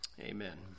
Amen